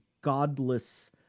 godless